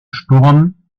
sturm